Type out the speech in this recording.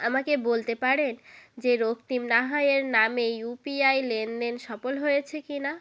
আমাকে বলতে পারেন যে রক্তিম নাহা এর নামে ইউপিআই লেনদেন সফল হয়েছে কি না